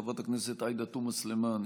חברת הכנסת עאידה תומא סלימאן,